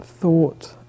thought